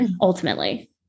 ultimately